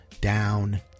down